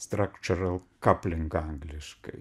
strakčeral kapling angliškai